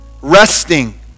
Resting